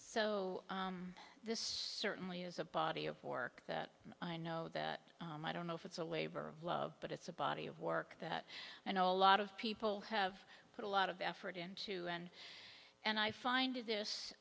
so this certainly is a body of work that i know that i don't know if it's a labor of love but it's a body of work that and all lot of people have put a lot of effort into and and i find this